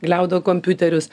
gliaudo kompiuterius